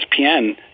ESPN